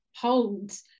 holds